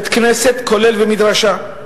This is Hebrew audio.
כנסת נכבדה,